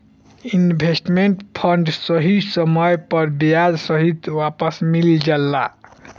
investment fund सही समय पर ब्याज सहित वापस मिल जाला